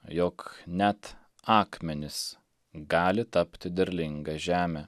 jog net akmenys gali tapti derlinga žeme